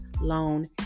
loan